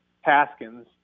Haskins